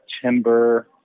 September